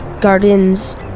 Gardens